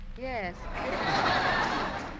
Yes